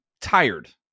tired